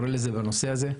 בנושא הזה.